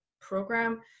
program